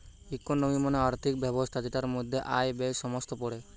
economy মানে আর্থিক ব্যবস্থা যেটার মধ্যে আয়, ব্যয়ে সমস্ত পড়ে